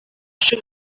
ishuri